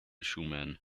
schumann